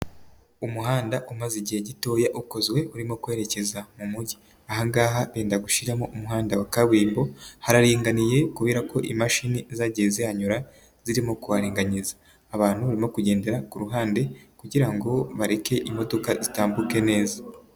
Umuhanda umaze igihe gitoya ukozwe urimo kwerekeza mu mujyi. Aha ngaha benda gushyiramo umuhanda wa kaburimbo, hararinganiye kubera ko imashini zagiye zihanyura zirimo kuharinganiza. Abantu barimo kugendera ku ruhande, kugira ngo bareke imodoka zitambuke neza.